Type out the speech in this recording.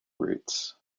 routes